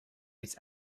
its